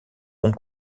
hong